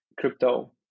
crypto